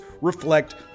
reflect